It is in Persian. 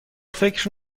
فکر